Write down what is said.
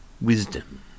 Wisdom